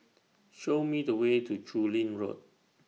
Show Me The Way to Chu Lin Road